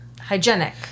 hygienic